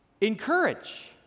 encourage